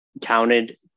counted